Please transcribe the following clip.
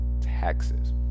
taxes